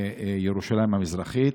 מירושלים המזרחית.